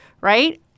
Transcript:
right